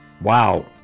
Wow